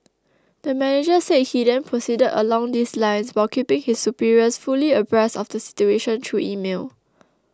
the manager said he then proceeded along these lines while keeping his superiors fully abreast of the situation through email